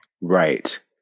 right